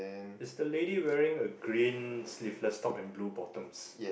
is the lady wearing a green sleeveless top and blue bottoms